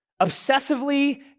obsessively